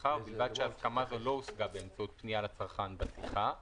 שיחה ובלבד שהסכמה זו לא הושגה באמצעות פניה לצרכן בשיחה;